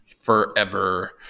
forever